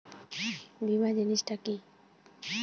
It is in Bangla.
বীমা জিনিস টা কি?